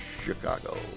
Chicago